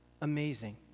amazing